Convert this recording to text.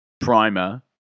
primer